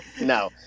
No